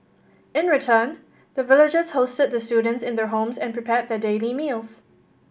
in return the villagers hosted the students in their homes and prepared their daily meals